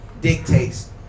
dictates